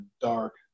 dark